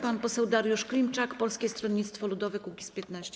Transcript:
Pan poseł Dariusz Klimczak, Polskie Stronnictwo Ludowe - Kukiz15.